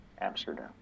Amsterdam